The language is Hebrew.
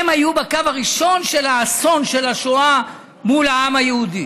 הם היו בקו הראשון של האסון של השואה מול העם היהודי.